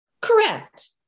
Correct